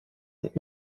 und